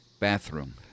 bathroom